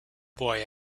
boy